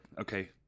okay